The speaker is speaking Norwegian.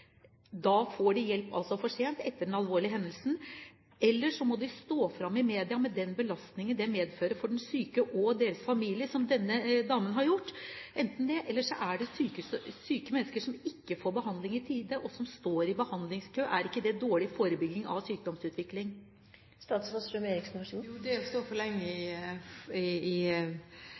får altså hjelp for sent etter den alvorlige hendelsen, eller så må de stå fram i media med den belastningen det medfører for de syke og deres familie, som denne damen har gjort – enten det eller så er det syke mennesker som ikke får behandling i tide, og som står i behandlingskø. Er ikke det dårlig forebygging av en sykdomsutvikling? Jo, det å stå for lenge i